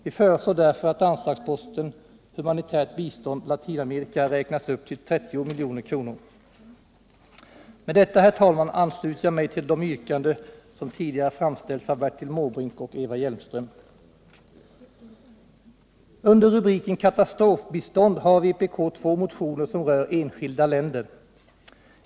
Vi föreslår därför att anslagsposten Humanitärt bistånd-Latinamerika räknas upp till 30 milj.kr. Med detta, herr talman, ansluter jag mig till de yrkanden som tidigare har framställts av Bertil Måbrink och Eva Hjelmström. Under rubriken Katastroftillstånd har vpk två motioner som rör enskilda länder.